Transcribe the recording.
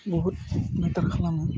बुहुत मेटार खालामो